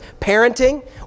Parenting